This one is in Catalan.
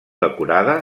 decorada